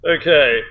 Okay